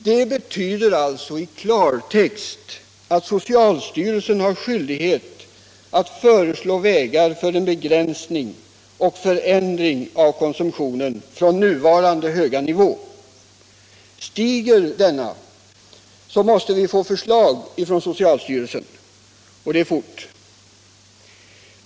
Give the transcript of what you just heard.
Det betyder i klartext att socialstyrelsen har skyldighet att föreslå vägar för begränsning och förändring av konsumtionen från nuvarande höga nivå. Stiger konsumtionen, måste vi få förslag från socialstyrelsen, och det fort.